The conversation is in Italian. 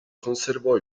conservò